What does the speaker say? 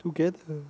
together